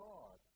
God